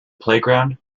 playground